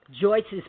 Joyce's